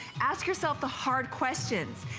ask yourself the hard questions.